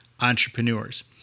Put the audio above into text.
entrepreneurs